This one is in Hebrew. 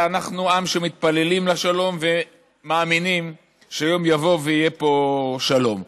ואנחנו עם שמתפללים לשלום ומאמינים שיום יבוא ויהיה פה שלום.